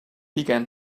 began